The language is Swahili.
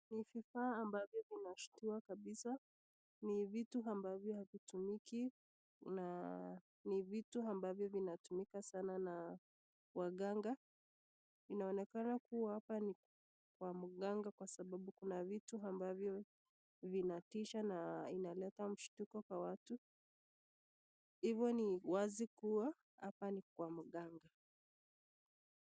Ni vifaa ambavyo vinashtua kabisa, ni vitu ambavyo havitumiki na ni vitu ambavyo vinatumika sana na waganga. Inaonekana kuwa hapa ni kwa mganga kwa sababu, kuna vitu ambavyo vinatisha na inaleta mshtuko kwa watu, ivo ni wazi kuwa hapa ni kwa mganga.